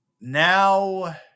now